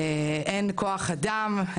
אין כוח אדם,